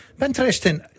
interesting